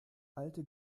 alte